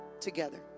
together